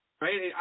Right